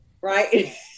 Right